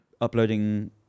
uploading